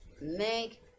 make